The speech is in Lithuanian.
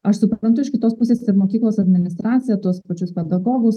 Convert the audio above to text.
aš suprantu iš kitos pusės ir mokyklos administraciją tuos pačius pedagogus